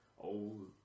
old